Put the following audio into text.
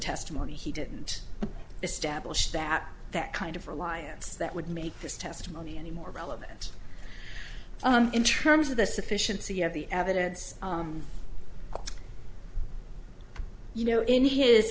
testimony he didn't establish that that kind of reliance that would make this testimony any more relevant in terms of the sufficiency of the evidence you know in his